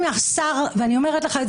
אני אומרת לך,